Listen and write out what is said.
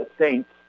Saints